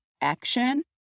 action